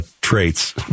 traits